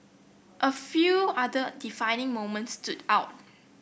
a few other defining moments stood out